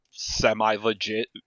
semi-legit